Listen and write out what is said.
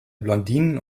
blondinen